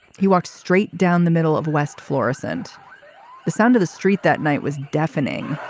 he walked straight down the middle of west florissant. the sound of the street that night was deafening.